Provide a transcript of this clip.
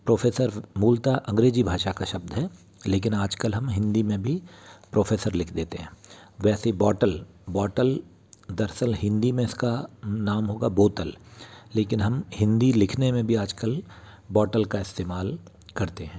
professor मूलतः अंग्रेजी भाषा का शब्द है लेकिन आजकल हम हिन्दी में भी प्रोफ़ेसर लिख देते हैं वैसे बॉटल बॉटल दरअसल हिन्दी में इसका नाम होगा बोतल लेकिन हम हिन्दी लिखने में भी आजकल बॉटल का इस्तेमाल करते हैं